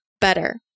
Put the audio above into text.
better